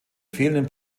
fehlenden